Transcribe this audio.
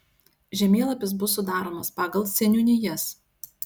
žemėlapis bus sudaromas pagal seniūnijas